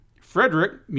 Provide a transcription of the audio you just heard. Frederick